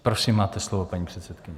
Prosím, máte slovo, paní předsedkyně.